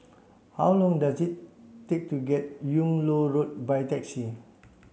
how long does it take to get Yung Loh Road by taxi